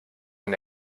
man